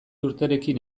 urterekin